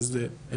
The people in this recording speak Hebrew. אם זה בכירים,